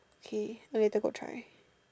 okay then later go and try